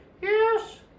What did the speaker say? Yes